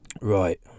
right